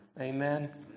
Amen